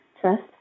trust